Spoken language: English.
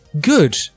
good